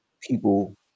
people